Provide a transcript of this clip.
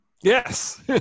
Yes